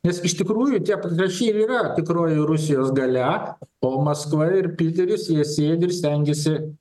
nes iš tikrųjų čia panaši ir yra tikroji rusijos galia o maskva ir piteris jie sėdi ir stengiasi jų